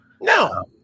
No